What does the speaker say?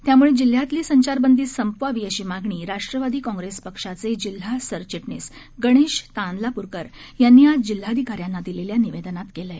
त्यामुळे जिल्ह्यातली संचारबंदी संपवावी अशी मागणी राष्ट्रवादी काँग्रेस पक्षाचे जिल्हा सरचिटणीस गणेश तांदलाप्रकर यांनी आज जिल्हाधिकाऱ्यांना दिलेल्या निवेदनात केलं आहे